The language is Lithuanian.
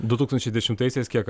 du tūkstančiai dešimtaisiais kiek